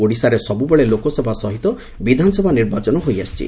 ଓଡ଼ିଶାରେ ସବୁବେଳେ ଲୋକସଭା ସହ ବିଧାନସଭା ନିର୍ବାଚନ ହୋଇଆସିଛି